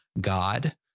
God